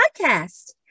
Podcast